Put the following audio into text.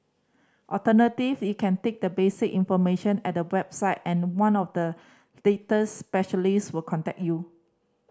alternative you can take the basic information at the website and one of the data specialist will contact you